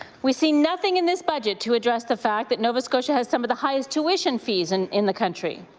we see nothing in this budget to address the fact that nova scotia has some of the highest tuition fees and in the country.